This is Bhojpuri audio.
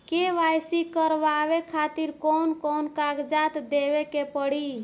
के.वाइ.सी करवावे खातिर कौन कौन कागजात देवे के पड़ी?